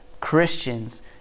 Christians